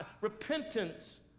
Repentance